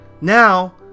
now